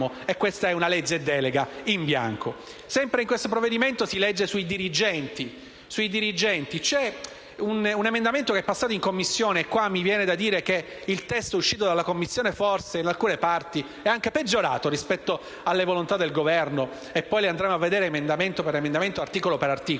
abbiamo una legge delega in bianco. Sempre in questo provvedimento si legge dei dirigenti. Un emendamento è passato in Commissione. E devo dire che il testo uscito dalla Commissione, forse, in alcune parti è peggiorato rispetto alle volontà del Governo. Le andremo poi a vedere, emendamento per emendamento e articolo per articolo.